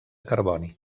carboni